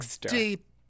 deep